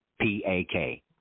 P-A-K